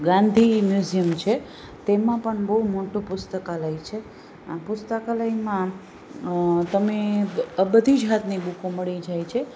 Gandhi museum છે તેમાં પણ બહુ મોટું પુસ્તકાલય છે આ પુસ્તકાલયમાં તમે બધી જ જાતની બુકો મળી જાય છે